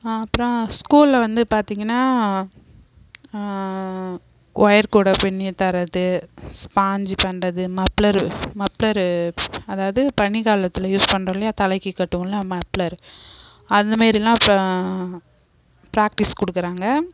அப்புறம் ஸ்கூலில் வந்து பார்த்தீங்கனா ஒயர் கூடை பின்னி தரது ஸ்பாஞ்சி பண்ணுறது மப்ளரு மப்ளரு அதாவது பனி காலத்தில் யூஸ் பண்ணுறோம் இல்லையா தலைக்கு கட்டுவோமில மப்ளரு அந்த மாரிலாம் பிராக்டிஸ் கொடுக்குறாங்க